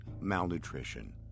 malnutrition